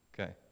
Okay